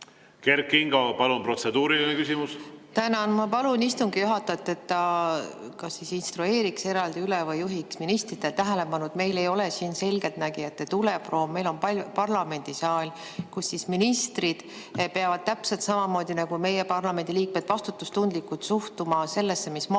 Kert Kingo, palun! Protseduuriline küsimus. Tänan! Ma palun istungi juhatajat, et ta kas instrueeriks eraldi üle või juhiks ministrite tähelepanu, et meil ei ole siin selgeltnägijate tuleproov. Meil on parlamendisaal, kus ministrid peavad täpselt samamoodi nagu meie, parlamendiliikmed, vastutustundlikult suhtuma sellesse, mis